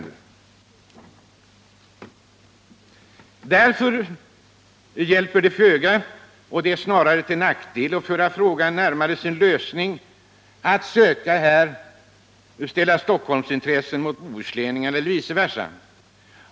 Därför hjälper det föga — snarare är det till nackdel när det gäller att föra frågan närmare dess lösning — att söka ställa Stockholmsintressen mot bohuslänska eller vice versa.